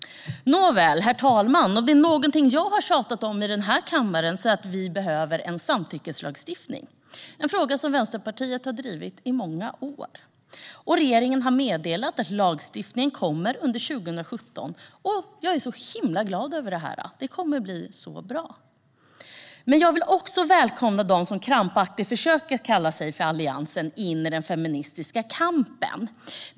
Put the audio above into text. Nåväl, herr talman! Om det är något jag har tjatat om i den här kammaren är det att vi behöver en samtyckeslagstiftning. Det är en fråga som Vänsterpartiet har drivit i många år. Regeringen har meddelat att lagstiftningen kommer under 2017, och jag är så himla glad över det. Det kommer att bli så bra. Jag vill också välkomna dem som krampaktigt försöker kalla sig Alliansen in i den feministiska kampen.